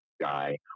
guy